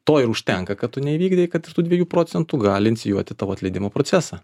to ir užtenka kad tu neįvykdei kad tų dviejų procentų gali inicijuoti tavo atleidimo procesą